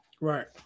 Right